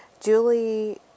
Julie